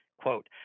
quote